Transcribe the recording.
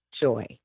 joy